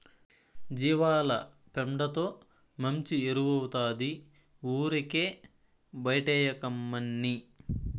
జీవాల పెండతో మంచి ఎరువౌతాది ఊరికే బైటేయకమ్మన్నీ